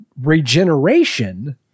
Regeneration